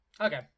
Okay